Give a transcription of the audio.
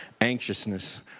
anxiousness